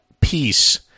peace